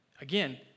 Again